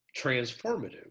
transformative